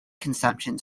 consumption